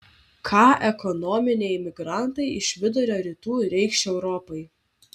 ką ekonominiai migrantai iš vidurio rytų reikš europai